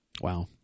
Wow